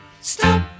stop